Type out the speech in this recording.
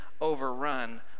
overrun